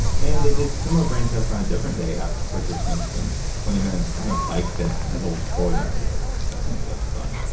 and they did similar brain tests on a different day after participants spent twenty minutes on a bike that pedaled for them that sounds like fun.